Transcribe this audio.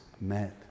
met